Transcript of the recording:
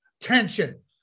Tension